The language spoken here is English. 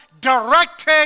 directed